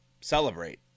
celebrate